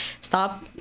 stop